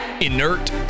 inert